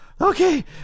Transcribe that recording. Okay